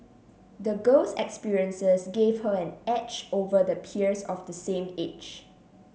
the girl's experiences gave her an edge over the peers of the same age